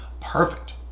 perfect